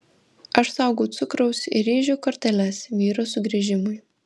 aš saugau cukraus ir ryžių korteles vyro sugrįžimui